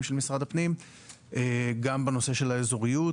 של משרד הפנים גם בנושא של האזוריות.